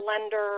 lender